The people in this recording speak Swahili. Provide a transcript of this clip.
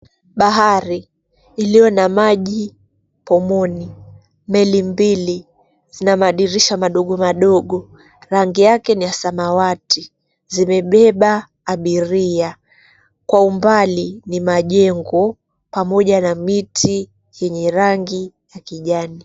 Bahari ilio na maji pomoni, meli mbili zina madirisha madogo madogo. Rangi yake ni ya samawati. Zimebeba abiria. Kwa umbali ni majengo pamoja na miti yenye rangi ya kijani.